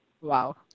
Wow